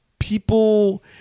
people